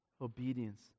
obedience